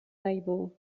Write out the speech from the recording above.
label